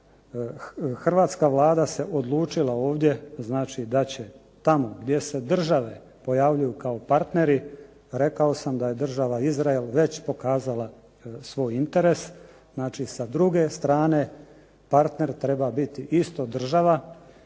Hrvatska Vlada se odlučila ovdje znači da će tamo gdje se države pojavljuju kao partneri, rekao sam da je država Izrael već pokazala svoj interes, znači sa druge strane partner treba biti isto država